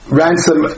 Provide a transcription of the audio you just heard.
ransom